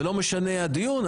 ולא משנה הדיון,